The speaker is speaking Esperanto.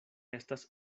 estas